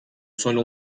solo